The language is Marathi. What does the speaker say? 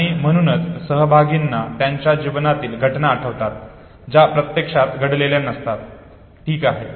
आणि म्हणूनच सहभागींना त्यांच्या जीवनातील घटना आठवतात ज्या प्रत्यक्षात घडलेल्या नसतात ठीक आहे